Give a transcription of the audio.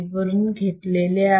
वरून घेतले आहे